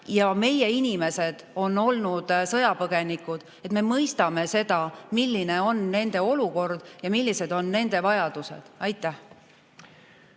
ja kelle inimesed on olnud sõjapõgenikud, et me mõistame seda, milline on nende olukord ja millised on nende vajadused. Ma